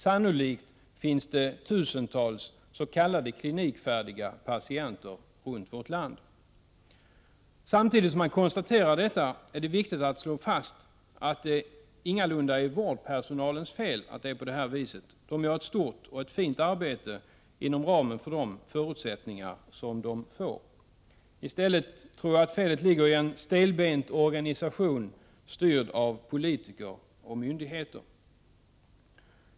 Sannolikt finns det tusentals s.k. klinikfärdiga patienter runt om i vårt land. Samtidigt som man konstaterar detta är det viktigt att slå fast att det ingalunda är vårdpersonalens fel att det har blivit så här. Personalen utför ett stort och fint arbete inom ramen för de förutsättningar som den får. Jag tror att felet i stället ligger i den stelbenta organisationen, styrd av politiker och myndigheter.